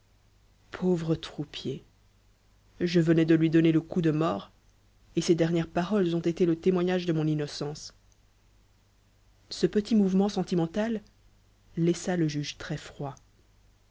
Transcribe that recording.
pauvre troupier je venais de lui donner le coup de mort et ses dernières paroles ont été le témoignage de mon innocence ce petit mouvement sentimental laissa le juge